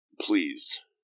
please